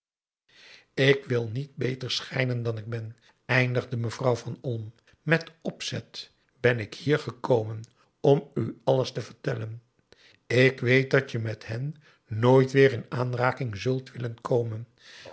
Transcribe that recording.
ik wil niet beter schijnen dan ik ben eindigde mevrouw van olm met opzet ben ik hier gekomen om u alles te vertellen ik weet dat je met hen nooit weer in aanraking zult willen komen